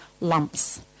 lumps